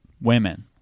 women